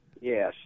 Yes